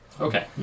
Okay